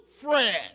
friend